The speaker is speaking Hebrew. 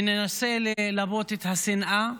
מנסה ללבות את השנאה.